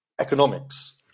economics